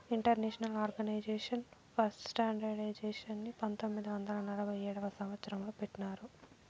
international organisation for స్టాండర్డయిజేషన్ని పంతొమ్మిది వందల నలభై ఏడవ సంవచ్చరం లో పెట్టినారు